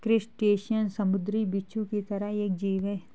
crustacean समुंद्री बिच्छू की तरह एक जीव है